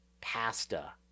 pasta